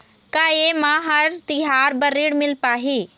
का ये म हर तिहार बर ऋण मिल पाही?